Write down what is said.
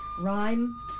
Rhyme